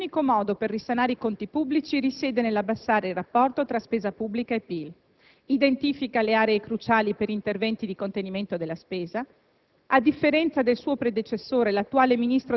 il DPEF è consapevole del fatto che l'unico modo per risanare i conti pubblici risiede nell'abbassare il rapporto fra spesa pubblica e PIL e identifica le aree cruciali per interventi di contenimento della spesa.